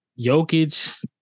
Jokic